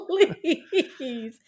Please